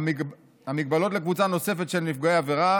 המגבלות לקבוצה נוספת של נפגעי עבירה,